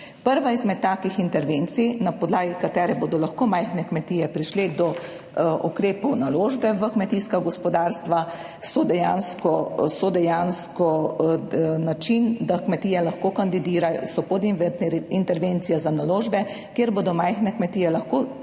Prva izmed takih intervencij, na podlagi katere bodo lahko majhne kmetije prišle do ukrepov naložbe v kmetijska gospodarstva, dejansko način, da kmetije lahko kandidirajo, so pod interventne intervencije za naložbe, kjer bodo majhne kmetije lahko